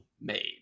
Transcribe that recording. made